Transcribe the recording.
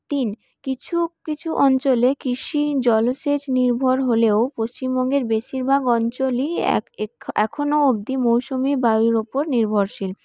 তিন কিছু কিছু অঞ্চলে কৃষি জলসেচ নির্ভর হলেও পশ্চিমবঙ্গের বেশীরভাগ অঞ্চলই এখনও অবধি মৌসুমি বায়ুর ওপর নির্ভরশীল